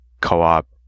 co-op